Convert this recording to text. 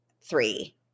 three